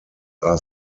are